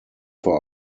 vor